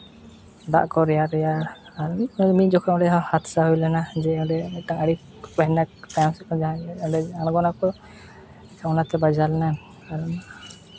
ᱫᱟᱜ ᱠᱚ ᱨᱮᱭᱟᱲ ᱨᱮᱭᱟᱲ ᱟᱨ ᱢᱤᱫ ᱢᱤᱫ ᱡᱚᱠᱷᱚᱱ ᱚᱸᱰᱮ ᱦᱚᱸ ᱦᱟᱫᱽᱥᱟ ᱦᱩᱭᱞᱮᱱᱟ ᱡᱮ ᱚᱸᱰᱮ ᱢᱤᱫᱴᱟᱝ ᱟᱹᱰᱤ ᱵᱷᱚᱭᱟᱱᱚᱠ ᱛᱟᱭᱚᱢ ᱥᱮᱫ ᱠᱷᱚᱱ ᱚᱸᱰᱮ ᱡᱟᱦᱟᱸᱭ ᱟᱲᱜᱚᱱᱟᱠᱚ ᱚᱱᱟᱛᱮ ᱵᱟᱡᱟᱣ ᱞᱮᱱᱟᱭ